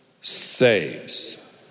saves